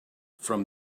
from